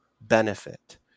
benefit